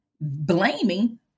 blaming